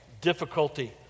difficulty